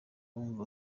bumvaga